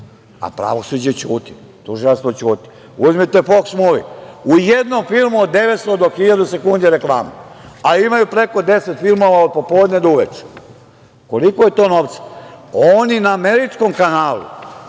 a pravosuđe ćuti, tužilaštvo ćuti. Uzmite „Foks muvi“. U jednom filmu od 900 do 1.000 sekundi reklama, a imaju preko 10 filmova od popodne do uveče. Koliko je to novca? Oni na američkom kanalu